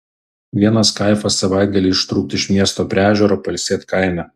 vienas kaifas savaitgalį ištrūkt iš miesto prie ežero pailsėt kaime